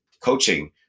coaching